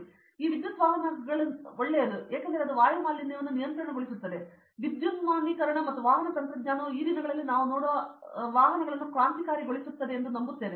ಹಾಗಾಗಿ ನಾನು ಈ ವಿದ್ಯುತ್ ವಾಹನಗಳನ್ನು ಅರ್ಥೈಸಿಕೊಳ್ಳುತ್ತೇನೆ ಎಂದು ವಾಹನ ತಂತ್ರಜ್ಞಾನವು ವಿದ್ಯುನ್ಮಾನೀಕರಣ ಮತ್ತು ವಾಹನ ತಂತ್ರಜ್ಞಾನವು ಈ ದಿನಗಳಲ್ಲಿ ನಾವು ನೋಡುವ ವಾಹನಗಳನ್ನು ಕ್ರಾಂತಿಕಾರಿಗೊಳಿಸುತ್ತದೆ ಎಂದು ನಾನು ನಂಬುತ್ತೇನೆ